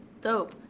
dope